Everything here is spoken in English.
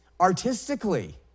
artistically